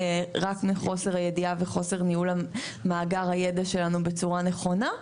רק מחוסר הידיעה וחוסר ניהול מאגר הידע שלנו בצורה נכונה.